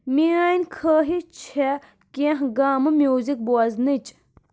میٲنۍ خٲہش چھےٚ کینہہ گامہٕ میوزِک بوزنٔچ